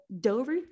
Dover